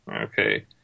Okay